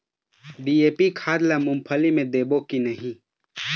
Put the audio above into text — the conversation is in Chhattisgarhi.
डी.ए.पी खाद ला मुंगफली मे देबो की नहीं?